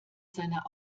seiner